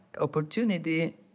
opportunity